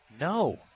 No